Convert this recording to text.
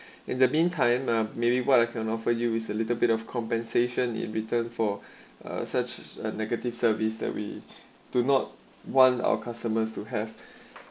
in the meantime uh maybe what I can offer you is a little bit of compensation in return for a such a negative service that we do not want our customers to have